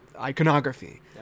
iconography